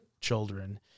children